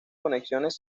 conexiones